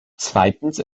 zweitens